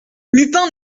lupin